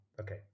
okay